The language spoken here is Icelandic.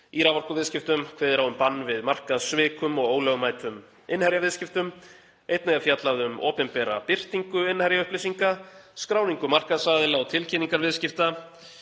í raforkuviðskiptum. Kveðið er á um bann við markaðssvikum og ólögmætum innherjaviðskiptum. Einnig er fjallað um opinbera birtingu innherjaupplýsinga, skráningu markaðsaðila og tilkynningar viðskipta.